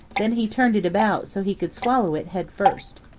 then he turned it about so he could swallow it head-first.